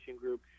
group